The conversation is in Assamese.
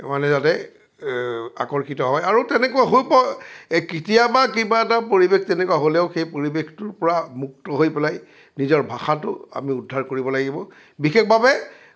মানে যাতে আকৰ্ষিত হয় আৰু তেনেকুৱা হ'ব কেতিয়াবা কিবা এটা পৰিৱেশ তেনেকুৱা হ'লেও সেই পৰিৱেশটোৰ পৰা মুক্ত হৈ পেলাই নিজৰ ভাষাটো আমি উদ্ধাৰ কৰিব লাগিব বিশেষভাৱে